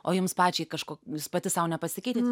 o jums pačiai kažko jūs pati sau nepasikeitėt